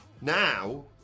now